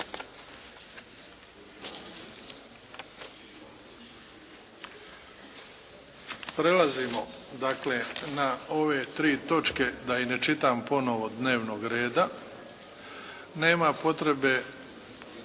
Prelazimo dakle na ove tri točke da ih ne čitam ponovno dnevnog reda. Nema potrebe